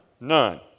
None